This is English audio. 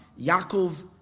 Yaakov